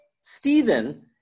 Stephen